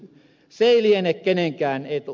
se ei liene kenenkään etu